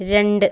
രണ്ട്